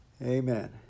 Amen